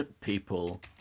people